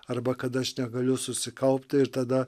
arba kad aš negaliu susikaupti ir tada